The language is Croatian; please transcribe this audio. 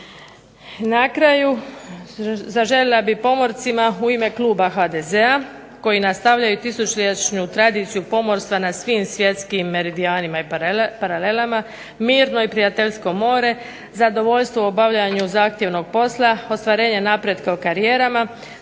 Na kraju zaželila bih pomorcima u ime kluba HDZ-a koji nastavljaju tisućljećnu tradiciju pomorstva na svim svjetskim meridijanima i paralelama, mirno i prijateljsko more, zadovoljstvo u obavljanju zahtjevnog posla, ostvarenje napretka u karijerama,